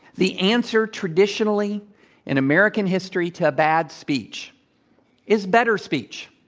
the answer traditionally in american history to bad speech is better speech.